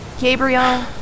Gabriel